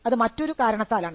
അത് മറ്റൊരു കാരണത്താലാണ്